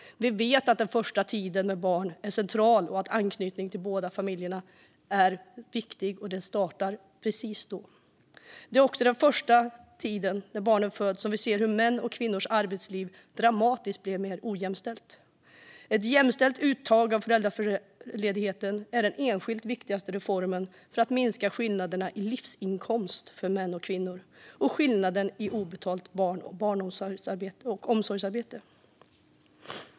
Vi vet att den första tiden i barnets liv är central för anknytning till båda föräldrarna. Den börjar precis då. Det är också när det första barnet föds som vi ser hur mäns och kvinnors arbetsliv blir dramatiskt mer ojämställt. Ett jämställt uttag av föräldraledigheten är den enskilt viktigaste reformen för att minska skillnaden i livsinkomst för män och kvinnor och skillnaden i obetalt hem och barnomsorgsarbete.